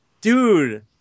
Dude